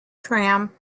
tram